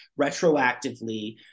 retroactively